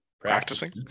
practicing